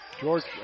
George